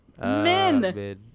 Men